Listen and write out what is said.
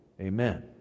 amen